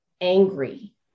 angry